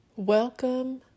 Welcome